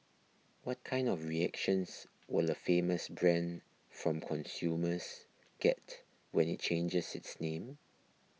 what kind of reactions will a famous brand from consumers get when it changes its name